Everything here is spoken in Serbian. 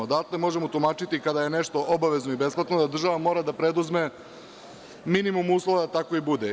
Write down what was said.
Odatle možemo tumačiti kada je nešto obavezno i besplatno, da država mora da preduzme minimum uslova da tako i bude.